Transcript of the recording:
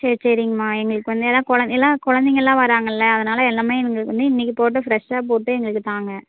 சரி சரிங்கம்மா எங்களுக்கு வந்து எல்லாம் குழந் எல்லாம் குழந்தைங்கள்லாம் வர்றாங்கள்ல அதனால எல்லாமே எங்களுக்கு வந்து இன்னிக்கு போட்டு ஃப்ரெஷ்ஷாக போட்டு எங்களுக்கு தாங்க